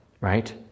right